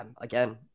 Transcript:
again